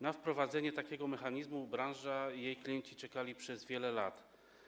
Na wprowadzenie takiego mechanizmu branża i jej klienci czekali przez wiele lat.